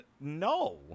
no